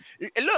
Look